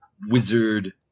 wizard